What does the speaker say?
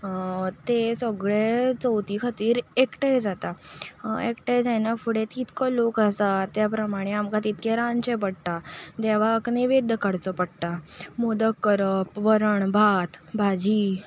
ते सगळे चवथी खातीर एकठांय जाता एकठांय जायना फुडें कितको लोक आसा त्या प्रमाणे आमकां तितकें रांदचें पडटा देवाक निवेद काडचो पडटा मोदक करप वराण भात भाजी